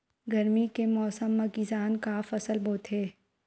गरमी के मौसम मा किसान का फसल बोथे?